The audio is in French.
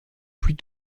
plus